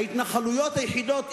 ההתנחלויות היחידות,